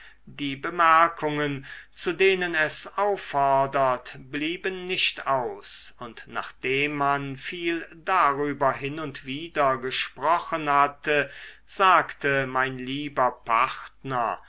die bemerkungen zu denen es auffordert blieben nicht aus und nachdem man viel darüber hin und wider gesprochen hatte sagte mein lieber partner